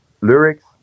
lyrics